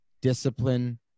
discipline